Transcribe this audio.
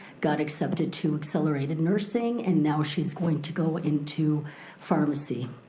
got accepted to accelerated nursing and now she's going to go into pharmacy.